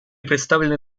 представлены